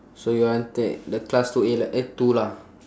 so you want take the class two A lah eh two lah